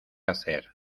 hacer